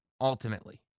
ultimately